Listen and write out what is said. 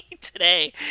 today